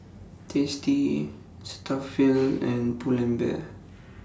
tasty Cetaphil and Pull and Bear